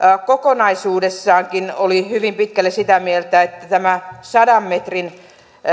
kokonaisuudessaankin oli hyvin pitkälle sitä mieltä että tämä sadan metrin